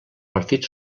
partit